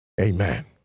Amen